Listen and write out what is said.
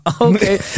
Okay